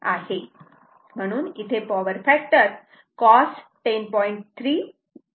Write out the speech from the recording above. म्हणून इथे power factor cos 10